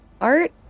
Art